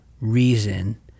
reason